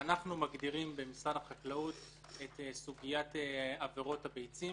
מגדירים במשרד החקלאות את סוגיית עבירות הביצים